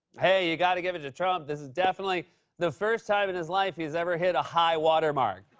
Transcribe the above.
hey, you've got to give it to trump. this is definitely the first time in his life he's ever hit a high water mark.